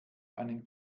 einen